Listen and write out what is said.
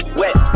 wet